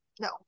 No